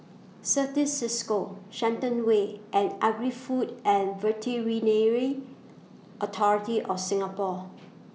Certis CISCO Shenton Way and Agri Food and Veterinary Authority of Singapore